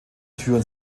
türen